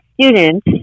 student